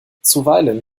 zuweilen